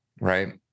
right